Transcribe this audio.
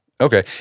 Okay